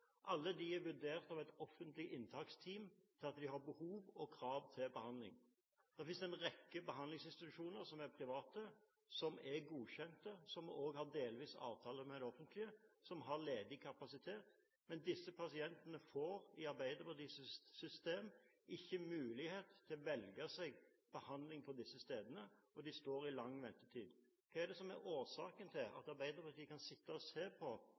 Alle disse er vurdert av et offentlig inntaksteam til å ha behov for og krav på behandling. Det finnes en rekke behandlingsinstitusjoner som er private, som er godkjente, som også har delvis avtale med det offentlige, og som har ledig kapasitet, men disse pasientene får – i Arbeiderpartiets system – ikke mulighet til å velge seg behandling på disse stedene, og de står i lang ventekø. Hva er årsaken til at Arbeiderpartiet kan sitte og se på